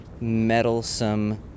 meddlesome